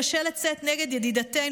קשה לצאת נגד ידידתנו,